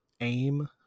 aim